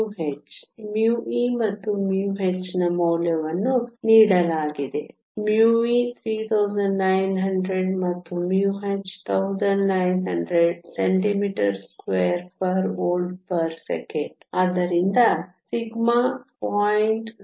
μe ಮತ್ತು μh ನ ಮೌಲ್ಯವನ್ನು ನೀಡಲಾಗಿದೆ μe 3900 ಮತ್ತು μh 1900 cm2 V 1 s 1 ಆದ್ದರಿಂದ σ 0